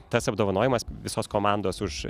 tas apdovanojimas visos komandos už